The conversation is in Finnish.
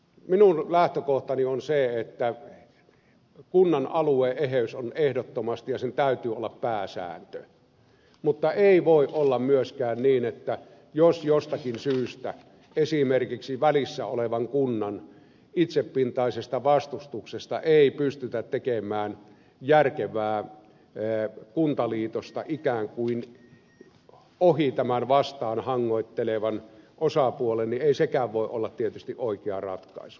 minun lähtökohtani on se että kunnan alue eheys on ehdottomasti ja sen täytyy olla pääsääntö mutta ei voi olla myöskään niin että jos jostakin syystä esimerkiksi välissä olevan kunnan itsepintaisen vastustuksen vuoksi ei pystytä tekemään järkevää kuntaliitosta ikään kuin ohi tämän vastaan hangoittelevan osapuolen niin ei sekään voi olla tietysti oikea ratkaisu